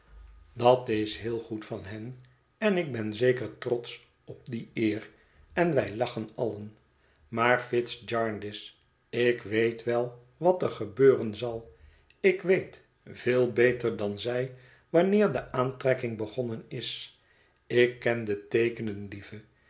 dat is heel goed van hen en ik ben zeker trotsch op die eer en wij lachen allen maar fitz jarndyce ik weet wel wat er gebeuren zal ik weet veel beter dan zij wanneer de aantrekking begonnen is ik ken de teekenen lieve